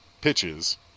pitches